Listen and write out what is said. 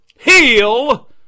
heal